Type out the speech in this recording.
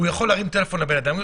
הוא יכול להרים טלפון לבן אדם,